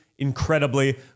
incredibly